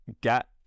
get